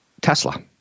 Tesla